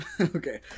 okay